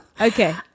okay